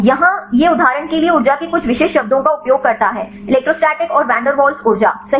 यहाँ यह उदाहरण के लिए ऊर्जा के कुछ विशिष्ट शब्दों का उपयोग करता है इलेक्ट्रोस्टैटिक और वान डेर वाल्स ऊर्जा सही